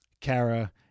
Kara